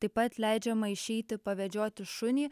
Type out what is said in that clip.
taip pat leidžiama išeiti pavedžioti šunį